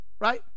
right